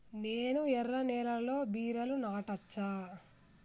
నేను ఎర్ర నేలలో బీరలు నాటచ్చా?